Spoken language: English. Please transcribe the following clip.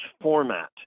format